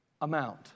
amount